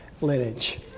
lineage